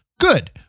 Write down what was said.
Good